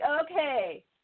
okay